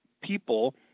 people